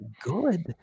good